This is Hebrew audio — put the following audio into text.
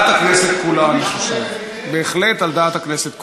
אני חושב שזה על דעת הכנסת כולה.